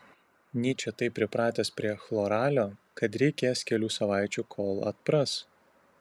nyčė taip pripratęs prie chloralio kad reikės kelių savaičių kol atpras